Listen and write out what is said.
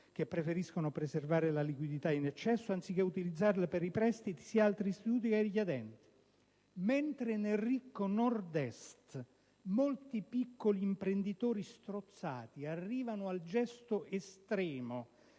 che preferiscono preservare la liquidità in eccesso anziché utilizzarla per i prestiti, sia ad altri istituti che ai richiedenti. Mentre nel ricco Nord-Est molti piccoli imprenditori strozzati arrivano al gesto estremo